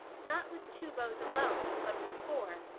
not with two bows alone, but with four,